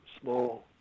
small